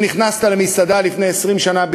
אם נכנסת למסעדה בישראל לפני 20 שנה,